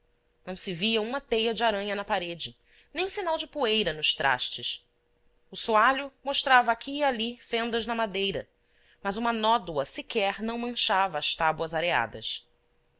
não se via uma teia de aranha na parede nem sinal de poeira nos trastes o soalho mostrava aqui e ali fendas na madeira mas uma nódoa sequer não manchava as tábuas areadas